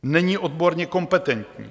Není odborně kompetentní.